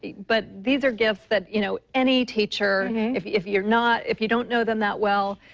but these are gifts that, you know, any teacher if if you're not if you don't know them that well,